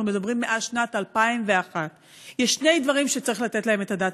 אנחנו מדברים מאז שנת 2001. יש שני דברים שצריך לתת עליהם את הדעת.